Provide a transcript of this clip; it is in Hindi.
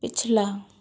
पिछला